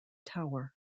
tower